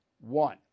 one